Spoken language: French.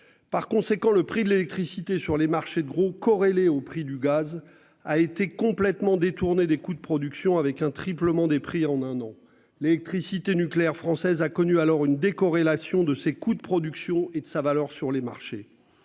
Par conséquent, le prix de l'électricité sur les marchés de gros corrélé au prix du gaz a été complètement détourné des coûts de production avec un triplement des prix en un an l'électricité nucléaire française a connu alors une décorrélation de ses coûts de production et de sa valeur sur les marchés.